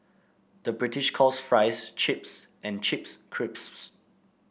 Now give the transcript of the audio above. the British calls fries chips and chips crisps